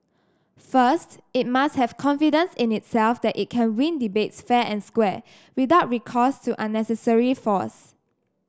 first it must have confidence in itself that it can win debates fair and square without recourse to unnecessary force